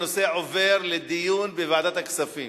הנושא עובר לדיון בוועדת הכספים.